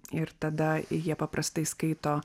ir tada jie paprastai skaito